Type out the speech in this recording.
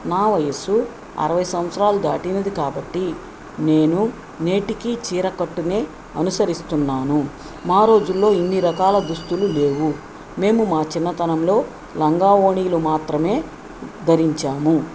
నా వయస్సు అరవై సంవత్సరాలు దాటినది కాబట్టి నేను నేటికి చీరకట్టునే అనుసరిస్తున్నాను మా రోజుల్లో ఇన్ని రకాల దుస్తులు లేవు మేము మా చిన్నతనంలో లంగావోణీలు మాత్రమే ధరించాము